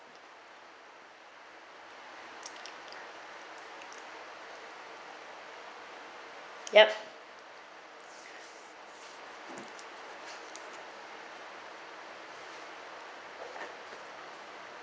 yup